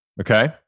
Okay